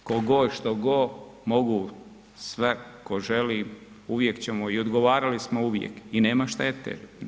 Tko god, što god mogu sve tko želi, uvijek ćemo i odgovarali smo uvijek i nema štete.